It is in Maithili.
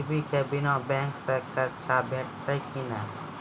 गिरवी के बिना बैंक सऽ कर्ज भेटतै की नै?